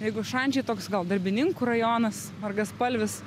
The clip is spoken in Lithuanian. jeigu šančiai toks gal darbininkų rajonas margaspalvis